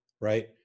right